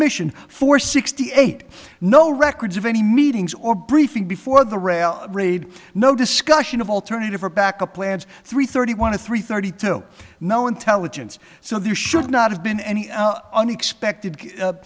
mission for sixty eight no records of any meetings or briefing before the rail read no discussion of alternative or backup plans three thirty one of three thirty two no intelligence so there should not have been any unexpected